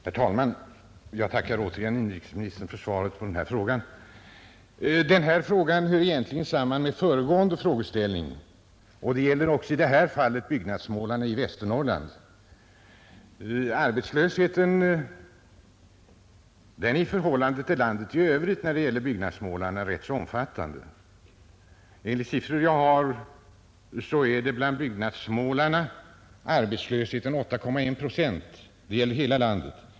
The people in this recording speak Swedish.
Herr talman! Jag tackar återigen inrikesministern för svaret. Denna fråga hör egentligen samman med föregående frågeställning, och det gäller också i det här fallet byggnadsmålarna i Västernorrland. Arbetslösheten bland byggnadsmålarna är rätt omfattande; enligt siffror jag har tillgängliga uppgår den till 8,1 procent för hela landet.